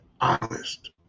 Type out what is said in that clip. honest